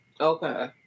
Okay